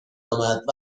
آمد